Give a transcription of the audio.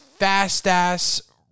fast-ass